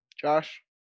josh